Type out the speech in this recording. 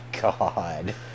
god